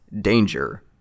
danger